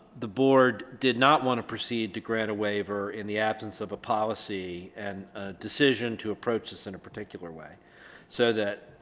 the board did not want to proceed to grant a waiver in the absence of a policy and a decision to approach this in a particular way so that